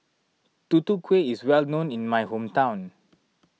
Tutu Kueh is well known in my hometown